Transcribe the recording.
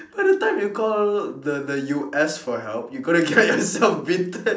by the time you call the the U_S for help you're gonna get yourself bitten